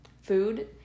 food